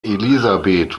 elisabeth